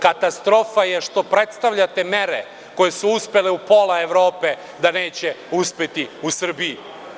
Katastrofa je što predstavljate mere koje su uspele u pola Evrope da neće uspeti u Srbiji.